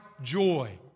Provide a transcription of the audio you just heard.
joy